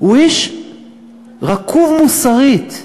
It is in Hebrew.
הוא איש רקוב מוסרית.